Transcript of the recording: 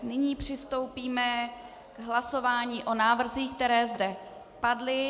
Nyní přistoupíme k hlasování o návrzích, které zde padly.